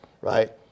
right